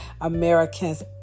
Americans